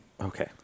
okay